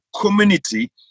community